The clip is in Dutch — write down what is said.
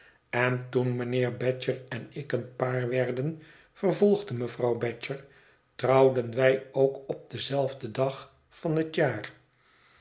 en toen mijnheer badger en ik een paar werden vervolgde mevrouw badger trouwden wij ook op denzelfden dag van het jaar